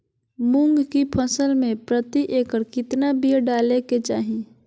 मूंग की फसल में प्रति एकड़ कितना बिया डाले के चाही?